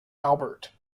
albert